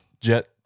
jet